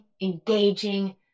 engaging